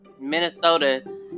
Minnesota